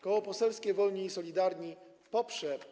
Koło Poselskie Wolni i Solidarni poprze.